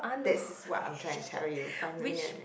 this is what I'm trying to tell you finally